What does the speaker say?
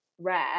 rare